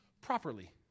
properly